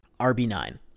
RB9